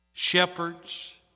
shepherds